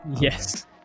Yes